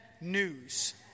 news